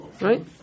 right